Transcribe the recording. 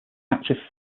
active